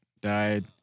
died